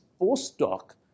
postdoc